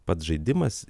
pats žaidimas